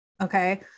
Okay